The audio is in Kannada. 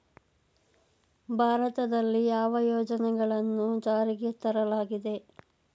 ಭಾರತದಲ್ಲಿ ಯಾವ ಯೋಜನೆಗಳನ್ನು ಜಾರಿಗೆ ತರಲಾಗಿದೆ?